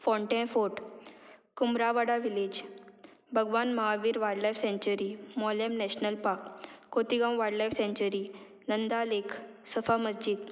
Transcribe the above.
फोंडें fort Kumrawada village भगवान Mahavir wild life सँच्युरी मोल्यम national park Khotigao wild life सँच्युरी Nanda लेक सफा मसजिद